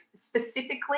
specifically